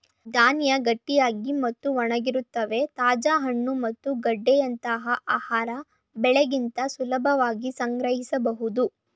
ಧಾನ್ಯ ಗಟ್ಟಿಯಾಗಿ ಮತ್ತು ಒಣಗಿರುತ್ವೆ ತಾಜಾ ಹಣ್ಣು ಮತ್ತು ಗೆಡ್ಡೆಯಂತ ಆಹಾರ ಬೆಳೆಗಿಂತ ಸುಲಭವಾಗಿ ಸಂಗ್ರಹಿಸ್ಬೋದು